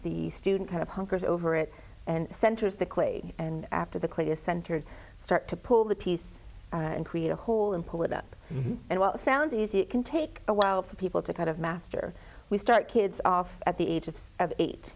student kind of hunkered over it and centers the clay and after the clay is centered start to pull the piece and create a hole and pull it up and while it sounds easy it can take a while for people to kind of master we start kids off at the aid yes of eight